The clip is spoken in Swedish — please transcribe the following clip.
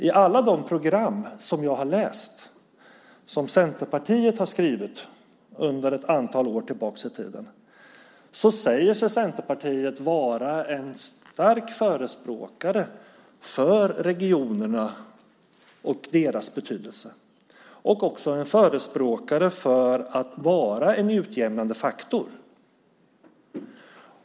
I alla de program som jag har läst som Centerpartiet har skrivit under ett antal år säger sig Centerpartiet vara en stark förespråkare av regionerna och deras betydelse - och också en förespråkare av att vara en utjämnande faktor.